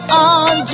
on